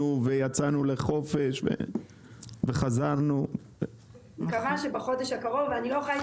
אני מקווה שבחודש הקרוב.